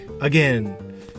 again